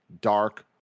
Dark